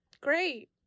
great